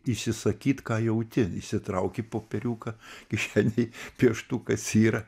išsisakyt ką jauti išsitrauki popieriuką kišenėj pieštukas yra